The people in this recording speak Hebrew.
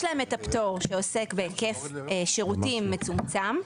יש להם את הפטור שעוסק בהיקף שירותים מצומצם.